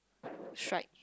strike